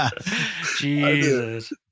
Jesus